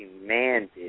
demanded